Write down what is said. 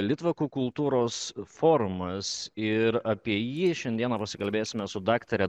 litvakų kultūros forumas ir apie jį šiandieną pasikalbėsime su daktare